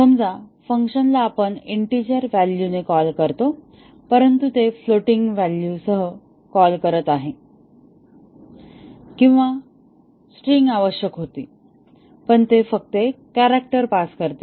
समजा फंक्शनला आपण इंटीजर व्हॅलूने कॉल करतो परंतु ते फ्लोटिंग पॉईंट व्हॅल्यूसह कॉल करत आहे किंवा स्ट्रिंग आवश्यक होती आणि ते फक्त एक कॅरॅक्टर पास करते